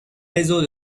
réseau